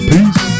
Peace